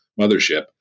mothership